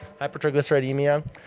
hypertriglyceridemia